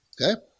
Okay